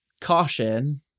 caution